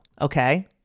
Okay